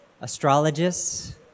astrologists